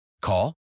Call